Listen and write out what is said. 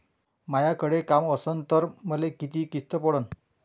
मायाकडे काम असन तर मले किती किस्त पडन?